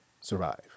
Survive